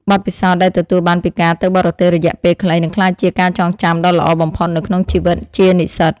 បទពិសោធន៍ដែលទទួលបានពីការទៅបរទេសរយៈពេលខ្លីនឹងក្លាយជាការចងចាំដ៏ល្អបំផុតនៅក្នុងជីវិតជានិស្សិត។